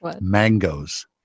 mangoes